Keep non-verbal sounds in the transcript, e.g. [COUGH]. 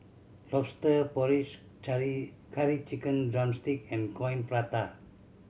Lobster Porridge [UNINTELLIGIBLE] Curry Chicken drumstick and Coin Prata